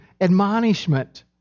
admonishment